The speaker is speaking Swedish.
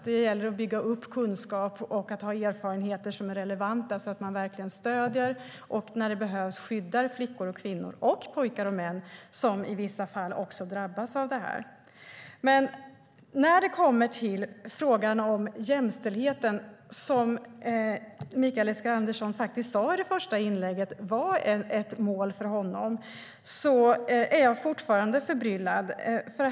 Det gäller att bygga upp kunskap och att ha erfarenheter som är relevanta så att man verkligen stöder och när det behövs skyddar flickor och kvinnor - och pojkar och män som i vissa fall också drabbas av det här. När det kommer till frågan om jämställdheten, som Mikael Eskilandersson faktiskt sa i det första inlägget var ett mål för honom, är jag fortfarande förbryllad.